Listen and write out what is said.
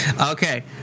Okay